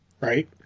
Right